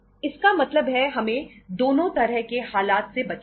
इसका मतलब है हमें दोनों तरह के हालात से बचना है